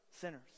Sinners